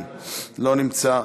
לא נמצא,